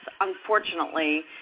unfortunately